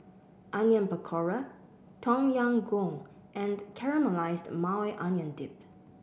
Onion Pakora Tom Yam Goong and Caramelized Maui Onion Dip